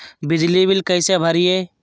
बिजली बिल कैसे भरिए?